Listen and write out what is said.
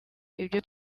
ibyo